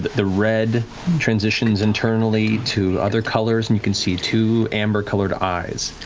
the red transitions internally to other colors, and you can see two amber-colored eyes,